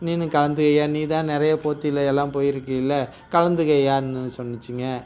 நீனும் கலந்துக்கொயா நீ தான் நிறையா போட்டியில் எல்லாம் போயிருக்கயில்ல கலந்துக்கொயான்னு சொல்லிச்சுங்க